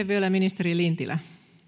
vielä ministeri lintilä